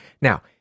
Now